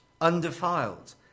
Undefiled